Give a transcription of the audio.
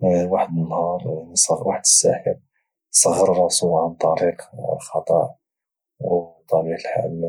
واحد النهار واحد الساحر صغر راسو عن طريق الخطأ او بطبيعة الحال